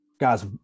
Guys